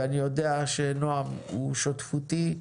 ואני יודע שנועם הוא שותפותי,